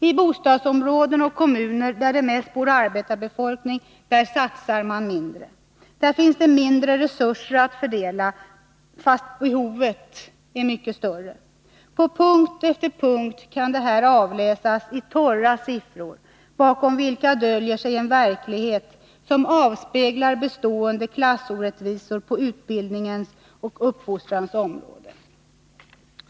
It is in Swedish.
I bostadsområden och kommuner där det mest bor arbetarbefolkning satsar man mindre, och där finns det mindre resurser att fördela fast behovet är så mycket större. På punkt efter punkt kan detta avläsas i torra siffror, bakom vilka döljer sig en verklighet, som avspeglar bestående klassorättvisor på utbildningens och uppfostrans område.